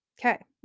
Okay